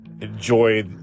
Enjoy